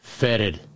fetid